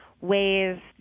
ways